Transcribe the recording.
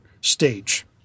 stage